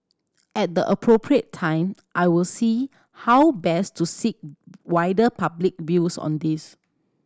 at the appropriate time I will see how best to seek wider public views on this